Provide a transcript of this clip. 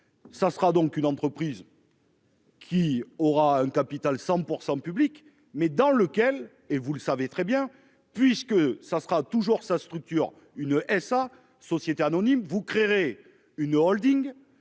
Ça sera donc une entreprise. Qui aura un capital 100% public mais dans lequel et vous le savez très bien puisque ça sera toujours sa structure une SA société anonyme vous créerez une Holding